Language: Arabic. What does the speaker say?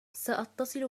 سأتصل